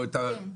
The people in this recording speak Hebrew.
או את המעבדה.